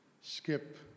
Skip